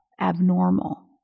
abnormal